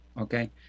okay